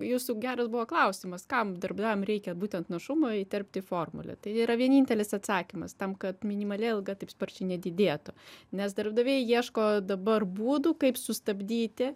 jūsų geras buvo klausimas kam darbdaviam reikia būtent našumą įterpt į formulę tai yra vienintelis atsakymas tam kad minimali alga taip sparčiai nedidėtų nes darbdaviai ieško dabar būdų kaip sustabdyti